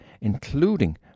including